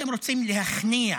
אתם רוצים להכניע